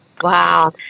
wow